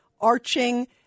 arching